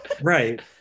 Right